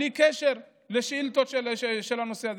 בלי קשר לשאילתות של הנושא הזה,